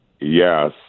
Yes